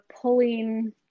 pulling